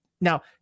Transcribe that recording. now